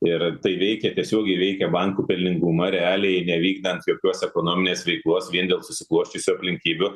ir tai veikia tiesiogiai veikia bankų pelningumą realiai nevykdant jokios ekonominės veiklos vien dėl susiklosčiusių aplinkybių